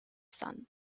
sun